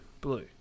Blue